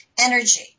energy